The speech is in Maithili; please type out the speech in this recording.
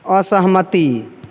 असहमति